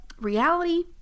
reality